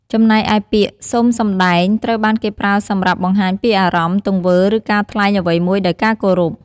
ចំណែកឯពាក្យ សូមសម្តែង ត្រូវបានគេប្រើសម្រាប់បង្ហាញពីអារម្មណ៍ ទង្វើ ឬការថ្លែងអ្វីមួយដោយការគោរព។